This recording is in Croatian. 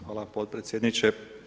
Hvala potpredsjedniče.